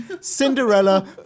Cinderella